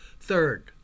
Third